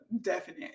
definite